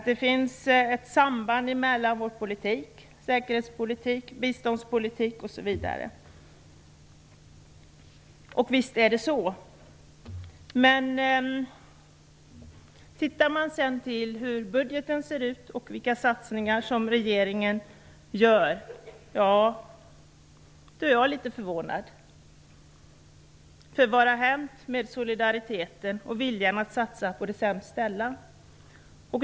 Det finns ett samband mellan vår säkerhetspolitik, biståndspolitik, osv. Visst är det så. Men ser man sedan till hur budgeten ser ut och vilka satsningar som regeringen gör blir jag litet förvånad. Vad har hänt med solidariteten och viljan att satsa på de sämst ställda?